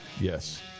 Yes